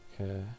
Okay